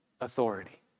authority